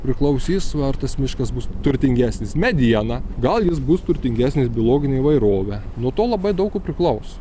priklausys va ar tas miškas bus turtingesnis mediena gal jis bus turtingesnis biologine įvairove nuo to labai daug ko priklaus